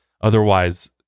otherwise